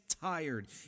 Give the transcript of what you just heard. tired